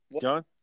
John